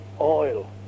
oil